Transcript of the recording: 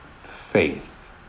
faith